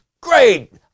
Great